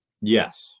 Yes